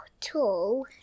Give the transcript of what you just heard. tall